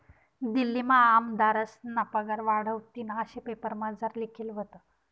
दिल्लीमा आमदारस्ना पगार वाढावतीन आशे पेपरमझार लिखेल व्हतं